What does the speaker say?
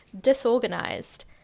disorganized